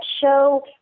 show